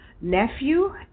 nephew